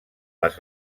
les